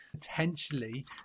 potentially